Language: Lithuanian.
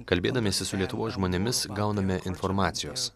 kalbėdamiesi su lietuvos žmonėmis gauname informacijos